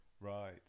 Right